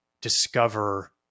discover